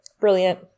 Brilliant